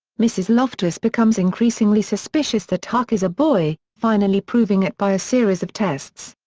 mrs. loftus becomes increasingly suspicious that huck is a boy, finally proving it by a series of tests.